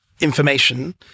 information